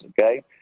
okay